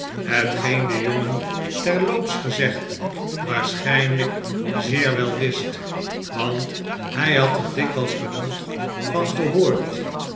de jongen terloops gezegd waarschijnlijk zeer wel wist want hij had er dikwijls genoeg van gehoord